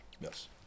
Yes